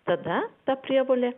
tada ta prievolė